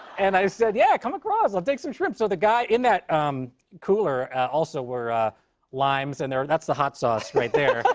and i said, yeah, come across. i'll take some shrimp. so the guy in that um cooler also were limes. and there that's the hot sauce right there.